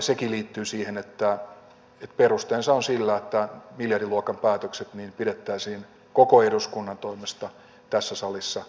sekin liittyy siihen että perusteensa on sillä että miljardiluokan päätökset pidettäisiin koko eduskunnan toimesta tässä salissa